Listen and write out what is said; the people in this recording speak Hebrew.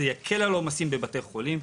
זה יקל על העומסים בבתי החולים.